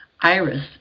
iris